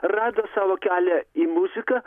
rado savo kelią į muziką